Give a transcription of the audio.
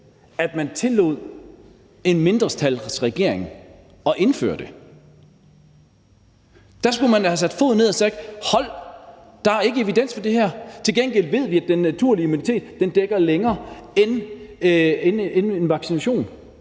at man tillod en mindretalsregering at indføre det. Der skulle man have sat foden ned og sagt: Holdt, der er ikke evidens for det her, til gengæld ved vi, at den naturlige immunitet dækker længere end vaccination,